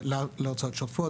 להוצאות שוטפות,